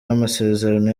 n’amasezerano